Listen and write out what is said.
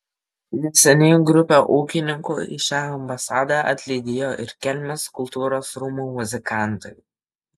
neseniai grupę ūkininkų į šią ambasadą atlydėjo ir kelmės kultūros rūmų muzikantai